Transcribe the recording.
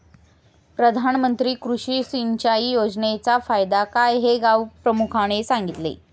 प्रधानमंत्री कृषी सिंचाई योजनेचा फायदा काय हे गावप्रमुखाने सांगितले